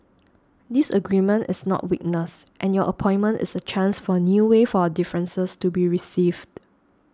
disagreement is not weakness and your appointment is a chance for a new way for our differences to be received